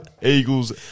Eagles